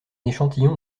échantillon